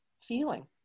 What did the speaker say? feeling